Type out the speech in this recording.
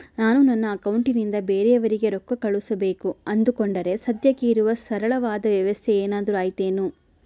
ನಾನು ನನ್ನ ಅಕೌಂಟನಿಂದ ಬೇರೆಯವರಿಗೆ ರೊಕ್ಕ ಕಳುಸಬೇಕು ಅಂದುಕೊಂಡರೆ ಸದ್ಯಕ್ಕೆ ಇರುವ ಸರಳವಾದ ವ್ಯವಸ್ಥೆ ಏನಾದರೂ ಐತೇನು?